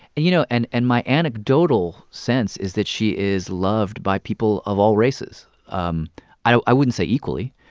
and you know, and and my anecdotal sense is that she is loved by people of all races um i i wouldn't say equally,